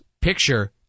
picture